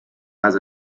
has